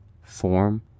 form